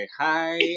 hi